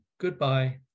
Goodbye